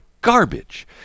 garbage